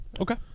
Okay